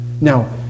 Now